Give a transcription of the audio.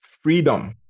freedom